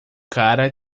cara